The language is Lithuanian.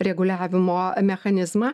reguliavimo mechanizmą